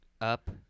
up